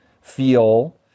feel